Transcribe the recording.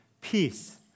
peace